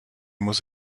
muss